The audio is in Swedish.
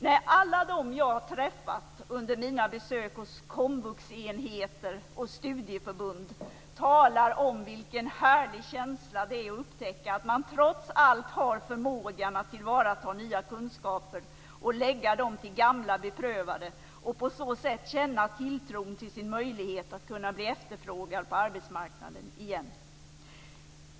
Nej, alla de som jag har träffat under mina besök hos komvuxenheter och studieförbund talar om vilken härlig känsla det är att upptäcka att man trots allt har förmågan att tillvarata nya kunskaper, lägga dem till gamla beprövade och på så sätt känna tilltron till sin möjlighet att kunna bli efterfrågad på arbetsmarknaden igen.